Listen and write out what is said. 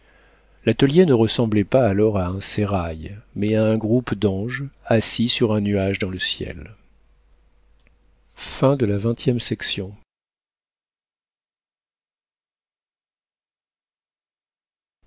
l'atelier ne ressemblait pas alors à un sérail mais à un groupe d'anges assis sur un nuage dans le ciel